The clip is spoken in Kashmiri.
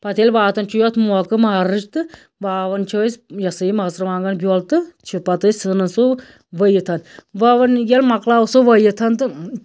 پَتہٕ ییٚلہِ واتان چھُ یتھ موقہٕ مارچ تہٕ واوان چھِ أسۍ مَژرٕوانٛگن بیول تہٕ چھِ پَتہٕ أسۍ ژھٕنان سُہ ؤوِتھ وَوان ییٚلہِ مَکلاوو سُہ ؤوِتھ تہٕ